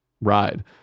ride